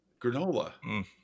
Granola